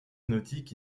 nautique